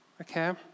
Okay